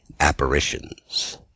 Apparitions